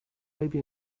maybe